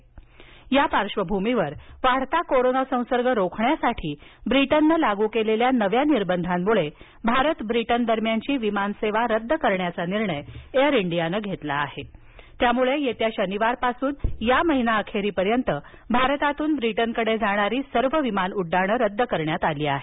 air India या पार्श्वभूमीवर वाढता कोरोना संसर्ग रोखण्यासाठी ब्रिटननं लागू केलेल्या नव्या निर्बंधांमुळे भारत ब्रिटन दरम्यानची विमानसेवा रद्द करण्याचा निर्णय एअर इंडियानं घेतला आहे त्यामुळे येत्या शनिवारपासून या महिनाअखेरीपर्यंत भारतातून ब्रीटनकडे जाणारी सर्व विमान उड्डाणं रद्द करण्यात आली आहेत